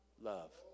love